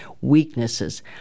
weaknesses